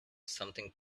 something